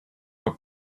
for